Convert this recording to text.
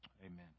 Amen